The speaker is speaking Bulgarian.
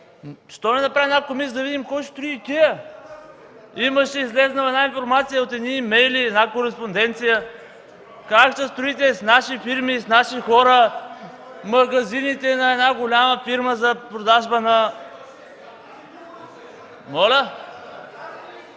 защо не направим една комисия – да видим кой строи ИКЕА? Имаше излязла информация от едни имейли, една кореспонденция как ще строите с наши фирми, с наши хора магазините на една голяма фирма за продажба на....